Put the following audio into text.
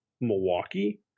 Milwaukee